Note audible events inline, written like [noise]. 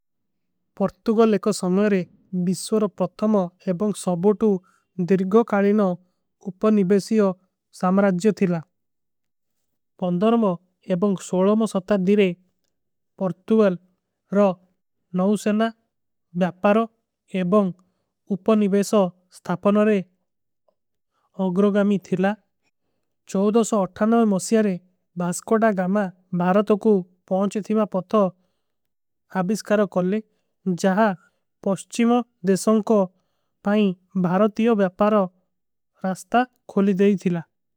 ପର୍ତୁଗଲ ଏକ ସମଯରେ ବିଶ୍ଵରୋ ପ୍ରତ୍ତମୋ ଏବଂଗ ସବୋଟୁ ଦିର୍ଗୋ କାଲିନୋ। ଉପନିବେସିଯୋ ସାମରାଜ୍ଯୋ ଥିଲା ପନ୍ଧରମୋ ଏବଂଗ ସୋଲୋମୋ ସତ୍ତା ଦିରେ। ପର୍ତୁଗଲ ରୋ [hesitation] ନୌସେନା ବ୍ଯାପାରୋ ଏବଂଗ ଉପନିବେସୋ। ସ୍ଥାପନୋରେ ଅଗ୍ରୋଗାମୀ ଥିଲା ମୁସ୍ଯାରେ ବାସକୋଡା ଗାମା ବାରତୋ କୋ। ପହୁଁଚ ଥିମା ପଥୋ ଆବିସ୍କାରୋ କଲିଂଗ ଜହାଂ ପସ୍ଚୀମୋ ଦେଶୋଂ। କୋ ପାଈଂ ବାରତିଯୋ ବ୍ଯାପାରୋ ରାସ୍ତା ଖୋଲୀ ଦେଈ ଥିଲା।